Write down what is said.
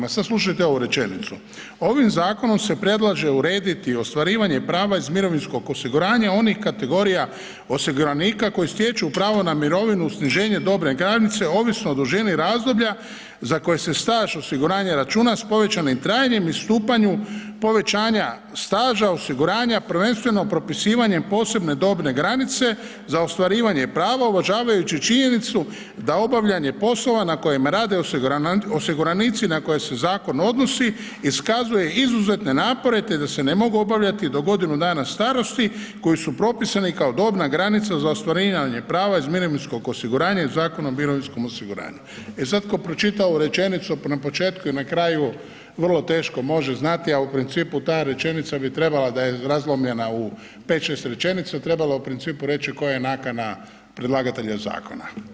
Sad slušajte ovu rečenicu „Ovim zakonom se predlaže urediti ostvarivanje prava iz mirovinskog osiguranja onih kategorija osiguranika koji stječu pravo na mirovinu uz sniženje dobne granice ovisno o visini razdoblja za koje se staž osiguranja računa s povećanim trajanjem i stupanju povećanja staža osiguranja prvenstveno propisivanjem posebne dobne granice za ostvarivanje prava uvažavajući činjenicu da obavljanje poslova na kojem rade osiguranici na koje se zakon odnosi iskazuje izuzetne napore, te da se ne mogu obavljati do godinu dana starosti koji su propisani kao dobna granica za ostvarivanje prava iz mirovinskog osiguranja iz Zakona o mirovinskom osiguranju.“ E sad ko pročita ovu rečenicu na početku i na kraju vrlo teško može znati, a u principu ta rečenica bi trebala da je razlomljena u 5-6 rečenica, trebala u principu reći koja je nakana predlagatelja zakona.